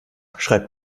schreibt